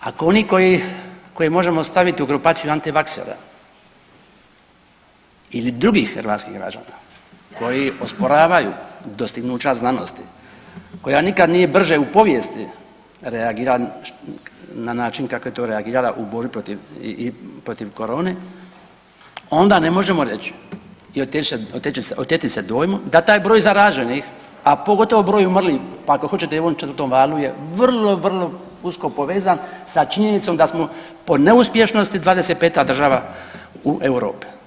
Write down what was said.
E sada, ako oni koje možemo staviti u grupaciju antivaksera ili drugih hrvatskih građana koji osporavaju dostignuća znanosti, koja nikada nije brže u povijesti reagirala na način kako je to reagirala u borbi protiv korone onda ne možemo reći i oteti se dojmu da taj broj zaraženih, a pogotovo broj umrlih pa ako hoćete i u ovom 4. valu je vrlo, vrlo usko povezan sa činjenicom da smo po neuspješnosti 25. država u Europi.